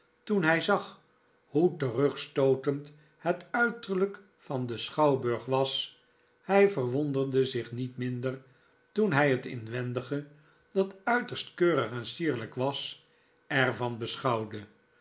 toen hij zag hoe terugstootend het uiterlijk van den schouwburg was hij verwonderde zich niet minder toen hij het inwendige dat uiterst keurig en sierlijk was er van